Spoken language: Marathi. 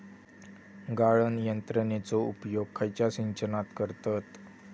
गाळण यंत्रनेचो उपयोग खयच्या सिंचनात करतत?